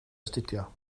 astudio